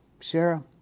Shara